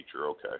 Okay